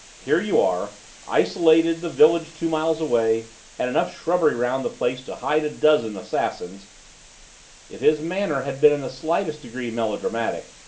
here you are isolated the village two miles away and enough shrubbery round the place to hide a dozen assassins if his manner had been in the slightest degree melodramatic,